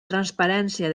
transparència